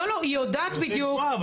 אבל אני רוצה לשמוע.